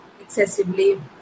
excessively